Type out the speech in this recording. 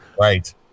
Right